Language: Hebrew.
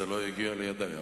זה לא הגיע לידי,